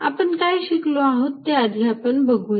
आपण काय शिकलो आहोत ते आधी बघूया